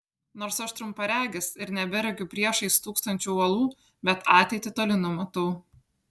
nors aš trumparegis ir neberegiu priešais stūksančių uolų bet ateitį toli numatau